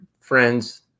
friends